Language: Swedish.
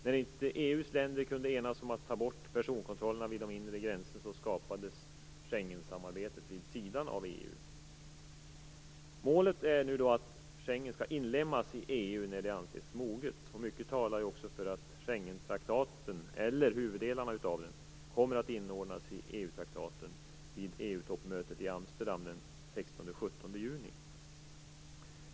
När inte EU:s länder kunde enas om att ta bort personkontrollerna vid de inre gränserna skapades Schengensamarbetet vid sidan av EU. Målet är att Schengen skall inlemmas i EU när det anses moget. Mycket talar också för att huvuddelarna av Schengentraktaten kommer att inordnas i EU traktaten vid EU-toppmötet i Amsterdam den 16 och den 17 juni.